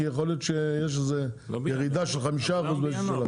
כי יכול להיות שיש איזו ירידה של חמישה אחוזים באיזשהו שלב.